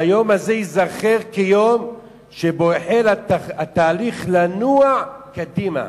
שהיום הזה ייזכר כיום שבו החל התהליך לנוע קדימה,